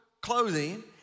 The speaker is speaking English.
clothing